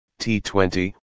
T20